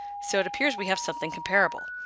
so it appears we have something comparable.